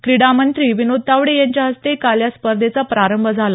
क्रिडा मंत्री विनोद तावडे यांच्या हस्ते काल या स्पर्धेचा प्रारंभ झाला